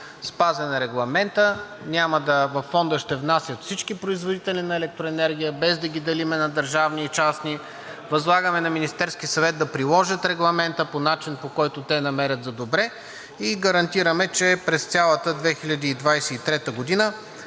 зала. Регламентът е спазен. Във Фонда ще внасят всички производители на електроенергия, без да ги делим на държавни и частни. Възлагаме на Министерския съвет да приложат Регламента по начин, по който те намерят за добре, и гарантираме, че през цялата 2023 г.